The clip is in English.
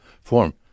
form